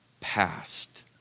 past